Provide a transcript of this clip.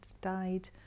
died